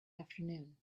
afternoon